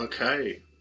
Okay